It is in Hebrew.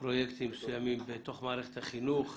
פרויקטים מסוימים בתוך מערכת החינוך,